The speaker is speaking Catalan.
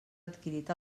adquirit